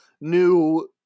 new